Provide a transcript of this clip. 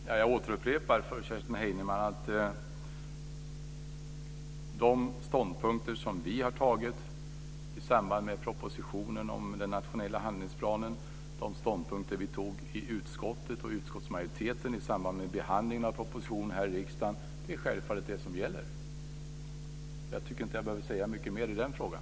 Fru talman! Jag återupprepar för Kerstin Heinemann att de ståndpunkter som vi intog i samband med propositionen om den nationella handlingsplanen och de ståndpunkter som vi intog i utskottet och i utskottsmajoriteten i samband med behandlingen av propositionen här i riksdagen självfallet är de som gäller. Jag tycker inte att jag behöver säga mycket mer i den frågan.